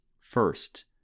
First